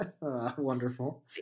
Wonderful